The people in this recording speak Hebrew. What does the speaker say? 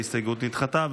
ההסתייגות נדחתה.